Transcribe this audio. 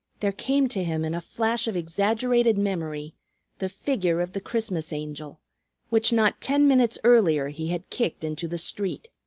there came to him in a flash of exaggerated memory the figure of the christmas angel which not ten minutes earlier he had kicked into the street.